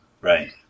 Right